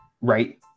right